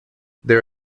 there